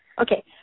Okay